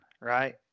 right